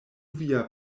via